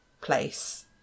place